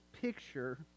picture